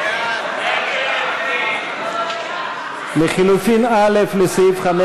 ההסתייגות (15) לחלופין א' של קבוצת